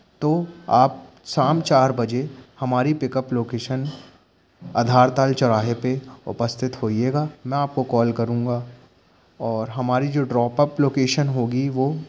तो आप शाम चार बजे हमारी पिकअप लोकेशन आधारताल चौराहे पे उपस्थित होइएगा मैं आपको कॉल करुँगा और हमारी जो ड्रापअप लोकेशन होगी वो